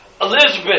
Elizabeth